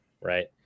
right